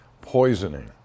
poisoning